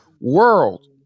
world